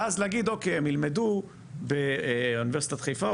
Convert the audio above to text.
ולהגיד: הם ילמדו באוניברסיטת חיפה,